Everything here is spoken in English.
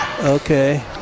Okay